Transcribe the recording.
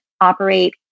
operate